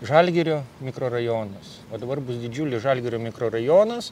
žalgirio mikrorajonas o dabar bus didžiulis žalgirio mikrorajonas